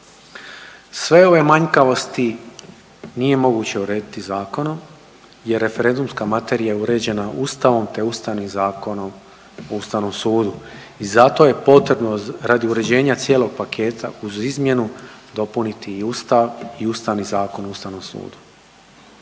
Sve ove manjkavosti nije moguće urediti zakonom jer referendumska materija je uređena Ustavom te Ustavnim zakonom o ustavom sudu i zato je potrebno radi uređenja cijelog paketa uz izmjenu dopuniti i Ustav i Ustavni zakon o Ustavnom sudu.